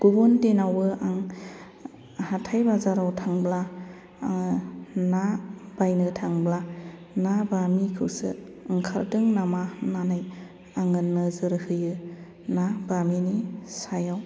गुबुन दिनावबो आं हाथाइ बाजाराव थांब्ला ना बायनो थांब्ला ना बामिखौसो ओंखारदों नामा होननानै आङो नोजोर होयो ना बामिनि सायाव